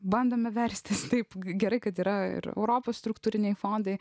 bandome verstis taip gerai kad yra ir europos struktūriniai fondai